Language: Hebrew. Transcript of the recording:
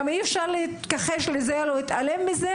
גם אי-אפשר להתכחש לזה או להתעלם מזה,